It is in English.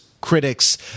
critics